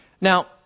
Now